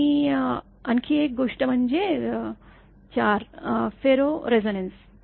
आणि आणखी एक गोष्ट म्हणजे 4 फेरो रेझोनन्स